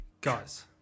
Guys